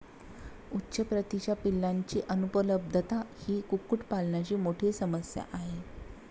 उच्च प्रतीच्या पिलांची अनुपलब्धता ही कुक्कुटपालनाची मोठी समस्या आहे